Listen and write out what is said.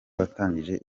watangije